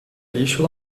lixo